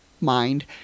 mind